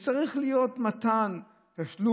זה צריך להיות מתן תשלום.